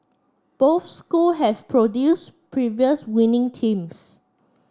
both school have produced previous winning teams